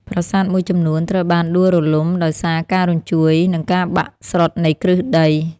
ប្រាសាទមួយចំនួនត្រូវបានដួលរលំដោយសារការរញ្ជួយ និងការបាក់ស្រុតនៃគ្រឹះដី។